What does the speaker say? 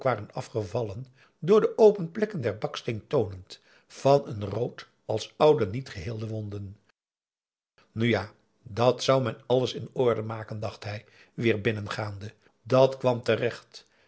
afgevallen door de open plekken den baksteen toonend van een rood als oude niet geheelde wonden nu ja dàt zou men alles in orde maken dacht hij weer binnengaande dat kwam terecht